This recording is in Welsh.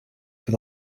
fydd